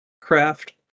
craft